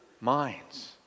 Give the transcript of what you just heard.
minds